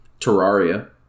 Terraria